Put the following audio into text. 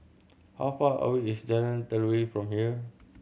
how far away is Jalan Telawi from here